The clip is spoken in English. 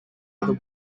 other